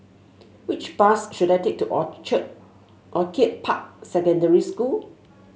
which bus should I take to Orchar Orchid Park Secondary School